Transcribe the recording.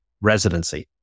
residency